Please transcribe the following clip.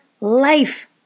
life